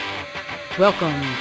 Welcome